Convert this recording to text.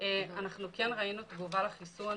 כן ראינו תגובה לחיסון